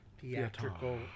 theatrical